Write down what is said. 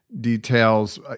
details